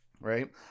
right